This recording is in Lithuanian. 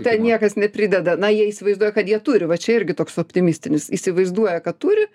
ten niekas neprideda na jie įsivaizduoja kad jie turi va čia irgi toks optimistinis įsivaizduoja kad turi